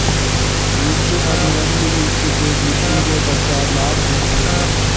युद्ध अनुबंध युद्ध के जीतने के पश्चात लाभ देते हैं